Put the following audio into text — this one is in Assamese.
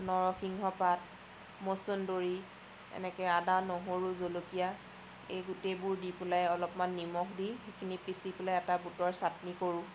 নৰসিংহ পাত মছন্দৰী এনেকৈ আদা নহৰু জলকীয়া এই গোটেইবোৰ দি পেলাই অলপমান নিমখ দি সেইখিনি পিছি পেলাই এটা বুটৰ চাটনি কৰোঁ